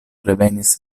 revenis